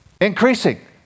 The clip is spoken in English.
increasing